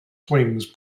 wings